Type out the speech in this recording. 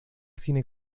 cine